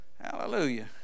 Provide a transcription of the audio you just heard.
Hallelujah